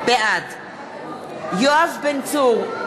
בעד יואב בן צור,